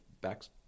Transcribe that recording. backs